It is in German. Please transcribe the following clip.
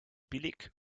billig